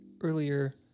earlier